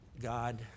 God